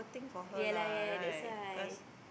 ya lah ya ya that's why